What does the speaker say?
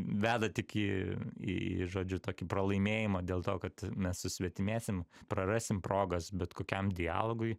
veda tik į į į žodžiu tokį pralaimėjimą dėl to kad mes susvetimėsim prarasim progas bet kokiam dialogui